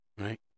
right